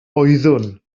oeddwn